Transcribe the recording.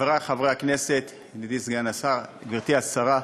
חברי חברי הכנסת, ידידי סגן השר, גברתי השרה,